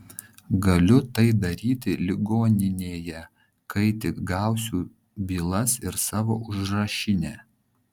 galiu tai daryti ligoninėje kai tik gausiu bylas ir savo užrašinę